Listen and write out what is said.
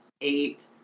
eight